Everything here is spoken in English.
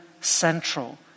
central